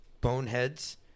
boneheads